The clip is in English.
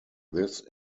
this